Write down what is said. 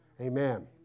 Amen